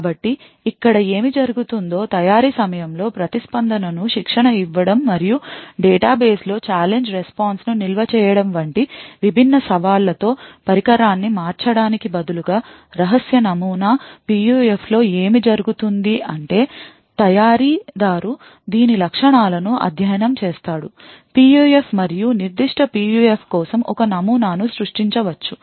కాబట్టి ఇక్కడ ఏమి జరుగుతుందో తయారీ సమయంలో ప్రతిస్పందన ను శిక్షణ ఇవ్వడం మరియు డేటాబేస్ లో ఛాలెంజ్ రెస్పాన్స్ ను నిల్వ చేయడం వంటి విభిన్న సవాళ్లతో పరికరాన్ని మార్చడానికి బదులుగా రహస్య నమూనా PUF లో ఏమి జరుగుతుంది అంటే తయారీదారు దీని లక్షణాలను అధ్యయనం చేస్తాడు PUF మరియు నిర్దిష్ట PUF కోసం ఒక నమూనా ను సృష్టించ వచ్చు